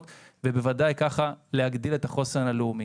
ובוודאי ככה להגדיל את החוסן הלאומי.